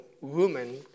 woman